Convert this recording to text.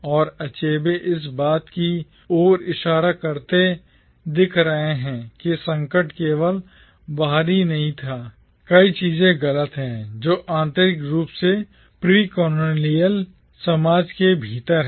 और अचेबे इस बात की ओर इशारा करते दिख रहे हैं कि संकट केवल बाहरी नहीं था कई चीजें गलत हैं जो आंतरिक रूप से भी प्रोलोलॉनिक समाज के भीतर हैं